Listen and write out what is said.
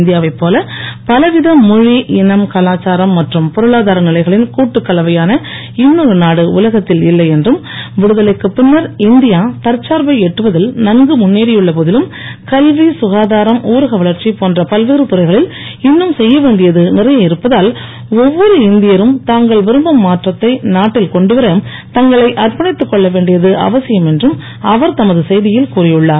India வைப் போல பலவித மொழி இனம் கலாச்சாரம் மற்றும் பொருளாதார நிலைகளின் கூட்டுக் கலவையான இன்னொரு நாடு உலகத்தில் இல்லை என்றும் விடுதலைக்குப் பின்னர் இந்தியா தற்சார்பை எட்டுவதில் நன்னு முன்னேறியுள்ள போதிலும் கல்வி சுகாதாரம் ஊரக வளர்ச்சி போன்ற பல்வேறு துறைகளில் இன்னும் செய்யவேண்டியது நிறைய இருப்பதால் ஒவ்வொரு இந்திய ரும் தாங்கள் விரும்பும் மாற்றத்தை நாட்டில் கொண்டுவர தங்களை அர்ப்பணித்துக் கொள்ளவண்டியது அவசியம் என்றும் அவர் தமது செய்தியில் கூறியுள்ளார்